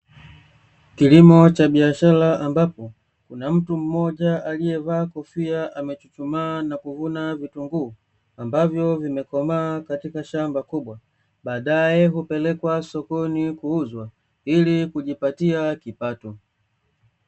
Kilimo cha biashara ambapo mtu mmoj akiwa amevaa kofia huku aivuna virunguu, amesimama akivuna ambae baadae hupeleka sokoni kwa ajili ya kujipatia kipato.